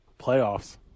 Playoffs